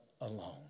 alone